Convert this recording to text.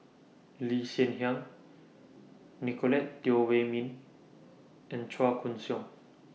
Lee Hsien Yang Nicolette Teo Wei Min and Chua Koon Siong